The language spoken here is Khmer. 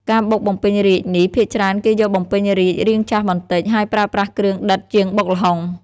ការបុកបំពេញរាជ្យនេះ ភាគច្រើនគេយកបំពេញរាជ្យរាងចាស់បន្តិច ហើយប្រើប្រាស់គ្រឿងដិតជាងបុកល្ហុង។